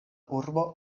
urbo